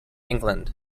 england